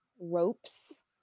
ropes